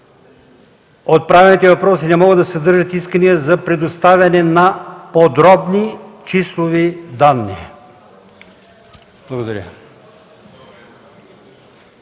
„Отправените въпроси не могат да съдържат искания за предоставяне на подробни числови данни”. Благодаря